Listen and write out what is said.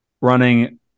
running